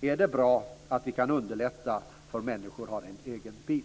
Är det bra om vi kan underlätta för människor att ha en egen bil?